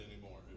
anymore